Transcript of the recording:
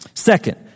Second